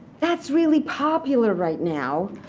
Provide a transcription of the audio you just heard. that's really popular right now.